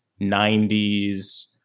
90s